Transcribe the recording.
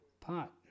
Pot